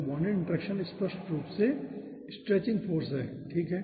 तो bonded interaction स्पष्ट रूप से स्ट्रेचिंग फाॅर्स है ठीक है